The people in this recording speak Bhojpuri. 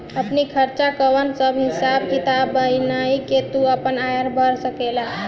आपनी खर्चा कअ सब हिसाब किताब बनाई के तू आपन आयकर भर सकेला